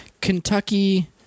Kentucky